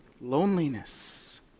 loneliness